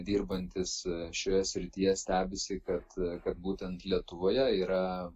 dirbantys šioje srityje stebisi kad kad būtent lietuvoje yra